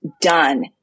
done